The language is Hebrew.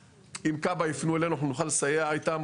בהחלטה וכמובן שאם יש צורך לכנס את הצוות יותר,